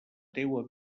teua